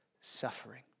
suffering